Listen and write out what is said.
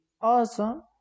awesome